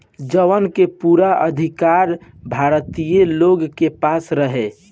जवना के पूरा अधिकार भारतीय लोग के पास रहे